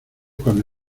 cuando